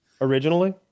Originally